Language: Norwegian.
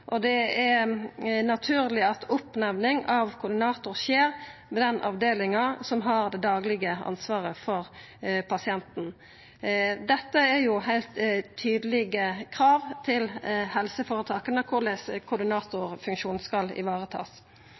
koordinatoren. Det er naturleg at oppnemning av koordinatoren skjer ved den avdelinga som har det daglege ansvaret for pasienten. Dette er jo heilt tydelege krav til helseføretaka om korleis koordinatorfunksjonen skal